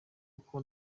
uko